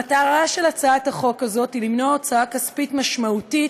המטרה של הצעת החוק הזאת היא למנוע הוצאה כספית משמעותית